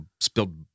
spilled